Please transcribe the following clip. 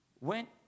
went